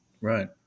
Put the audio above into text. Right